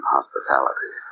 Hospitality